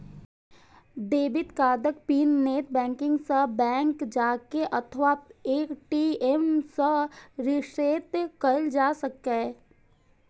debit कार्डक pin net banking सं, bank जाके अथवा ए.टी.एम सं रीसेट कैल जा सकैए